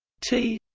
t